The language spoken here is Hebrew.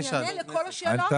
אני אענה לכל השאלות.